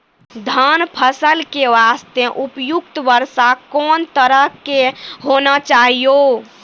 धान फसल के बास्ते उपयुक्त वर्षा कोन तरह के होना चाहियो?